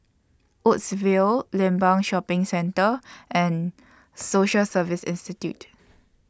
Woodsville Limbang Shopping Centre and Social Service Institute